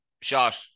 shot